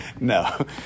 no